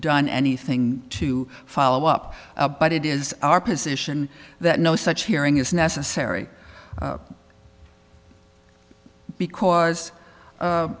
done anything to follow up but it is our position that no such hearing is necessary because